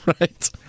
Right